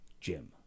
Jim